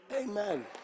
Amen